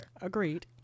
Agreed